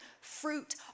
fruit